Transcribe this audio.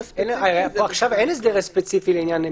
עכשיו אין הסדר ספציפי לעניין.